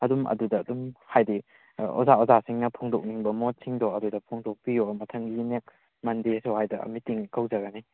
ꯑꯗꯨꯝ ꯑꯗꯨꯗ ꯑꯗꯨꯝ ꯍꯥꯏꯗꯤ ꯑꯣꯖꯥ ꯑꯣꯖꯥꯁꯤꯡꯅ ꯐꯣꯡꯗꯣꯛꯅꯤꯡꯕ ꯃꯣꯠꯁꯤꯡꯗꯣ ꯑꯗꯨꯗ ꯐꯣꯡꯗꯣꯛꯄꯤꯌꯣ ꯃꯊꯪꯒꯤ ꯅꯦꯛꯁ ꯃꯟꯗꯦ ꯁ꯭ꯋꯥꯏꯗ ꯃꯤꯇꯤꯡ ꯀꯧꯖꯔꯅꯤ